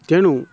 ତେଣୁ